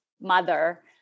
mother